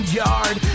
yard